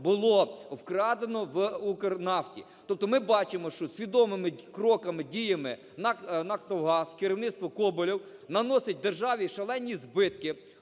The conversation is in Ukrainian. було вкрадено в "Укрнафті". Тобто ми бачимо, що свідомими кроками, діями НАК "Нафтогаз", керівництво –Коболєв, наносить державі шалені збитки,